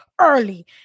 early